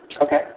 Okay